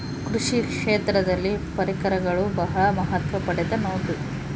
ಕೃಷಿ ಕ್ಷೇತ್ರದಲ್ಲಿ ಪರಿಕರಗಳು ಬಹಳ ಮಹತ್ವ ಪಡೆದ ನೋಡ್ರಿ?